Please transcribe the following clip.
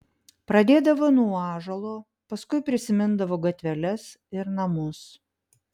pradėdavo nuo ąžuolo paskui prisimindavo gatveles ir namus